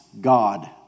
God